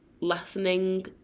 lessening